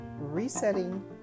resetting